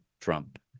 Trump